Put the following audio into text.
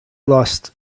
lost